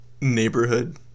Neighborhood